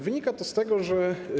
Wynika to z tego, że.